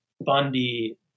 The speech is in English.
bundy